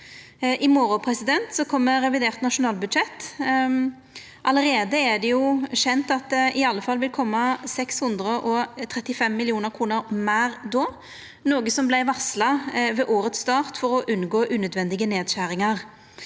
I morgon kjem revidert nasjonalbudsjett. Allereie er det kjent at det i alle fall vil koma 635 mill. kr meir då, noko som vart varsla ved årets start, for å unngå unødvendige nedskjeringar.